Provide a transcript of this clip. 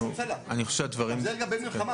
זה לגבי מלחמה.